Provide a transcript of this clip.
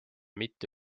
mitte